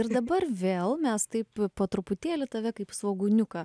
ir dabar vėl mes taip po truputėlį tave kaip svogūniuką